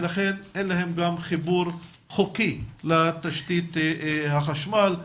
ולכן אין להם גם חיבור חוקי לתשתית החשמל.